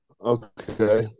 Okay